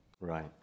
Right